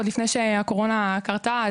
עוד לפני שהקורונה קרתה,